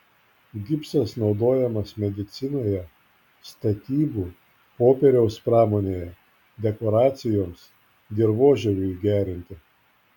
gipsas naudojamas medicinoje statybų popieriaus pramonėje dekoracijoms dirvožemiui gerinti